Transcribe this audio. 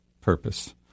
purpose